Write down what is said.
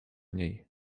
niej